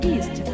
East